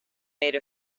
made